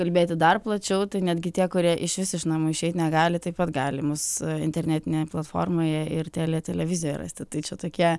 kalbėti dar plačiau tai netgi tie kurie išvis iš namų išeit negali taip pat gali mus internetinėje platformoje ir telia televizijoje rasti tai čia tokia